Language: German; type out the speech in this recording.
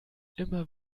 immer